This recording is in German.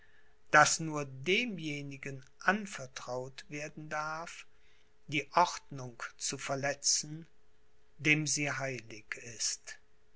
daß nur demjenigen anvertraut werden darf die ordnung zu verletzen dem sie heilig ist